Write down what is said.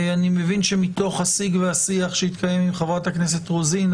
אני מבין שמתוך השיג והשיח שהתקיים עם חברת הכנסת רוזין,